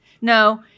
No